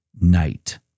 night